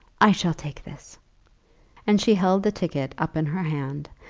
i shall take this and she held the ticket up in her hand,